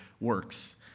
works